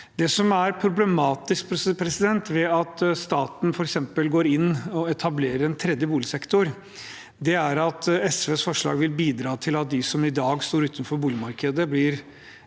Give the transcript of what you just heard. Det som er problematisk ved at staten f.eks. går inn og etablerer en tredje boligsektor, er at det, med SVs forslag, vil bidra til at de som i dag står utenfor boligmarkedet,